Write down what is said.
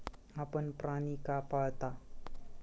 आपण प्राणी का पाळता?